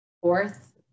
fourth